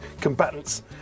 combatants